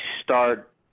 start